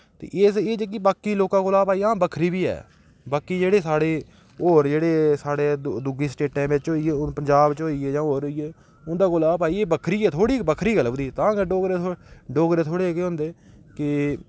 ते एह् जेह्की बाकी लोकें कोले हां भाई बक्खरी बी ऐ बाकी जेह्ड़े साढ़े होर जेह्ड़े साढ़े दुए स्टेटें बिच्च होई गे हून पंजाब च होई गेई जां होर होई गे उं'दे कोला भाई एह् बक्खरी ऐ थोह्ड़ी बक्खरी गै लभदी तां गै डोगरे थोह्ड़े डोगरे थोह्ड़े जेह्के होंदे कि